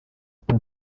sita